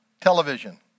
television